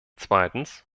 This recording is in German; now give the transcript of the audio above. zweitens